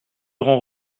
rend